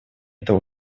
этого